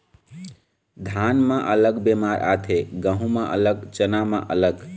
धान म अलग बेमारी आथे, गहूँ म अलग, चना म अलग